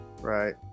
Right